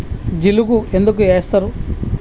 జిలుగు ఎందుకు ఏస్తరు?